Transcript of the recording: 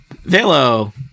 Velo